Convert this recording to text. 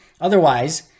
Otherwise